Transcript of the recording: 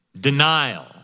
Denial